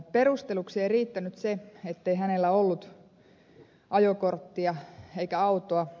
perusteluksi ei riittänyt se ettei hänellä ollut ajokorttia eikä autoa